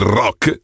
rock